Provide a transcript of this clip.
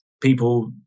people